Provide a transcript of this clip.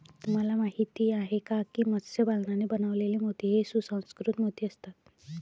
तुम्हाला माहिती आहे का की मत्स्य पालनाने बनवलेले मोती हे सुसंस्कृत मोती असतात